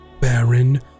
Baron